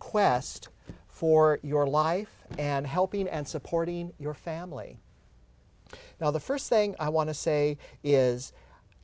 quest for your life and helping and supporting your family now the first thing i want to say is